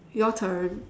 your turn